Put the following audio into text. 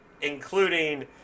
including